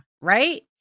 Right